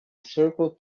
circle